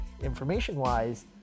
information-wise